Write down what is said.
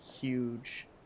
huge